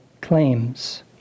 claims